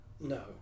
No